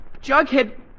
Jughead